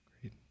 Great